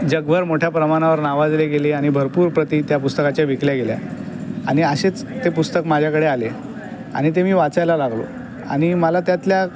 जगभर मोठ्या प्रमाणावर नावाजले गेले आणि भरपूर प्रती त्या पुस्तकाच्या विकल्या गेल्या आणि असेच ते पुस्तक माझ्याकडे आले आणि ते मी वाचायला लागलो आणि मला त्यातल्या